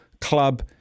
club